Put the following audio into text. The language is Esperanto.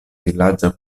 vilaĝa